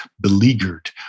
beleaguered